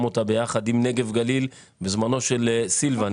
אותה ביחד עם נגב גליל בזמנו של סילבן,